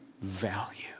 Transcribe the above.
value